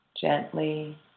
gently